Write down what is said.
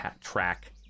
track